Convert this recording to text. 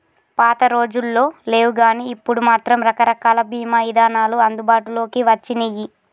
పాతరోజుల్లో లేవుగానీ ఇప్పుడు మాత్రం రకరకాల బీమా ఇదానాలు అందుబాటులోకి వచ్చినియ్యి